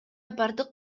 бардык